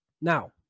Now